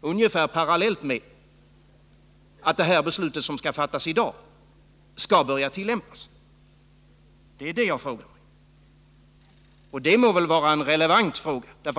ungefär parallellt med att det beslut som skall fattas i dag skall börja tillämpas. Det må väl vara en relevant fråga.